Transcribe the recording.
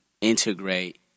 integrate